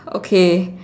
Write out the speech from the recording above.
okay